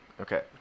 Okay